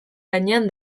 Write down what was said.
gainean